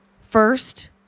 First